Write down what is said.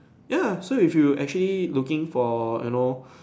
ya so if you actually looking for you know